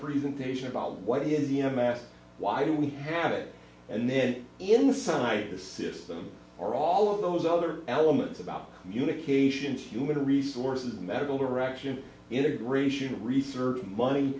presentation about what is the umask why do we have it and then inside the system are all of those other elements about communications human resources medical direction integration research money